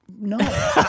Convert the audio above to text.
no